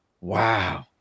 wow